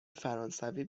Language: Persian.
فرانسوی